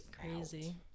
Crazy